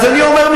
אז אני אומר,